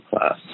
class